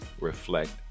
reflect